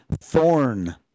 thorn